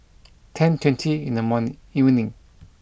ten twenty in the morning evening